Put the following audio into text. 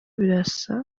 birasa